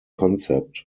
concept